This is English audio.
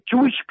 Jewish